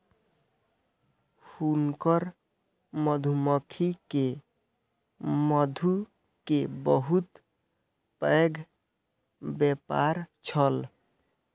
हुनकर मधुमक्खी के मधु के बहुत पैघ व्यापार छल